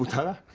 her.